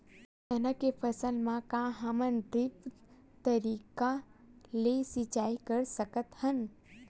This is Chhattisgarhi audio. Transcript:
चना के फसल म का हमन ड्रिप तरीका ले सिचाई कर सकत हन?